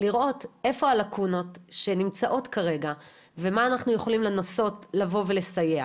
לראות איפה הלאקונות שנמצאות כרגע ומה אנחנו יכולים לנסות לבוא ולסייע.